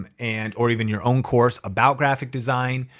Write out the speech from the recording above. and and or even your own course about graphic design.